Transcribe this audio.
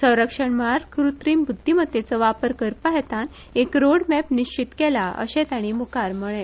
संरक्षण मळार कृत्रिम बुध्दीमत्तेचो वापर करपा हेतान एक रोड मॅप निश्चित केला अशेय ताणी मुखार म्हळे